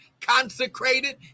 consecrated